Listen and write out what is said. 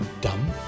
dumb